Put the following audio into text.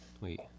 Wait